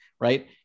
right